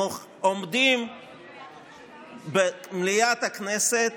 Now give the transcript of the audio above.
עומדים במליאת הכנסת